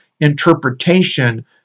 interpretation